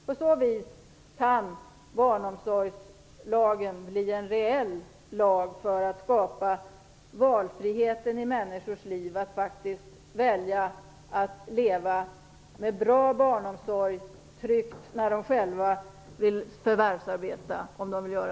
På så vis kan barnomsorgslagen bli en reell lag för att skapa valfrihet för människor att leva tryggt med en bra barnomsorg när de själva vill förvärvsarbeta.